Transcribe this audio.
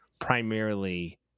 primarily